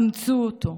אמצו אותו,